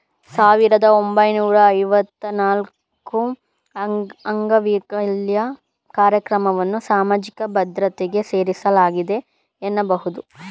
ಸಾವಿರದ ಒಂಬೈನೂರ ಐವತ್ತ ನಾಲ್ಕುಅಂಗವೈಕಲ್ಯ ಕಾರ್ಯಕ್ರಮವನ್ನ ಸಾಮಾಜಿಕ ಭದ್ರತೆಗೆ ಸೇರಿಸಲಾಗಿದೆ ಎನ್ನಬಹುದು